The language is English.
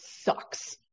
sucks